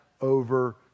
over